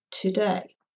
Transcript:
today